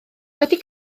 wedi